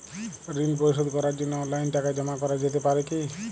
ঋন পরিশোধ করার জন্য অনলাইন টাকা জমা করা যেতে পারে কি?